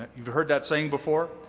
you've heard that saying before?